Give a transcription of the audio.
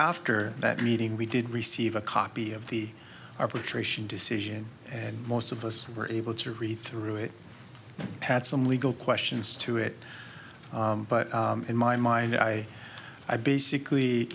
after that meeting we did receive a copy of the arbitration decision and most of us were able to read through it had some legal questions to it but in my mind i i basically